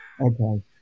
Okay